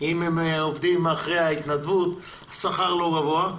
אם הם עובדים אחרי שעות ההתנדבות, השכר לא גבוה.